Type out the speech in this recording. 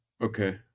Okay